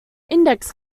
index